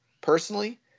personally